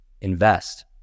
invest